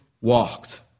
walked